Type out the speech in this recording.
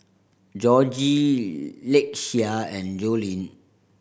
Jorge Lakeshia and Jolene